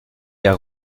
der